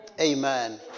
Amen